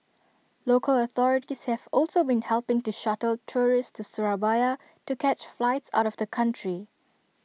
local authorities have also been helping to shuttle tourists to Surabaya to catch flights out of the country